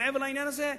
מעבר לעניין הזה,